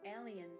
Aliens